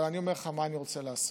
אבל אני אומר לך מה אני רוצה לעשות.